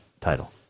title